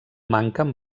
manquen